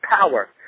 power